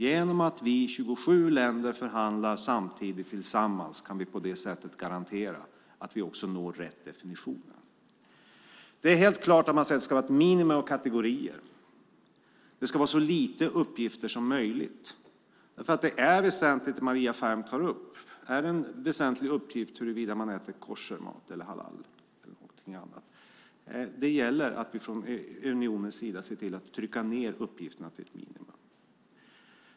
Genom att vi 27 länder förhandlar samtidigt och tillsammans kan vi garantera att vi når rätt definition. Det är helt klart att man sedan ska ha ett minimum av kategorier. Det ska vara så lite uppgifter som möjligt. Det Maria Ferm tar upp är nämligen viktigt: Är det en väsentlig uppgift huruvida man äter koshermat eller halalmat? Det gäller att vi från unionens sida ser till att trycka ned uppgifterna till ett minimum.